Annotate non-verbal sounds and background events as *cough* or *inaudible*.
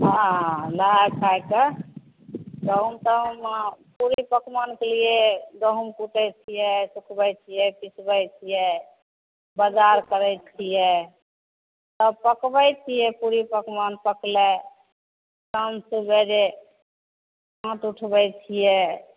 हँ नहाए खाएके *unintelligible* पुरी पकमानके लिए गहूॅंम कुटबै छियै सुखबै छियै पिसबै छियै बजार करै छियै सब पकबै छियै पुरी पकमान पकलै शाम सबेरे हाथ उठबै छियै